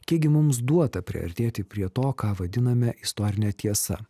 kiek gi mums duota priartėti prie to ką vadiname istorine tiesa